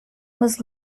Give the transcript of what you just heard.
was